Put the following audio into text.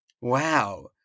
Wow